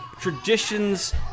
traditions